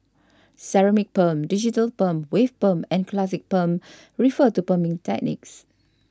ceramic perm digital perm wave perm and classic perm refer to perming techniques